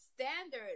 standard